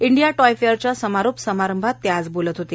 India toy फेअरच्या समारोप समारंभात ते बोलत होते